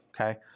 Okay